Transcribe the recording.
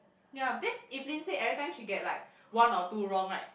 ya then Evelyn say every time she get like one or two wrong right